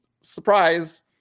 Surprise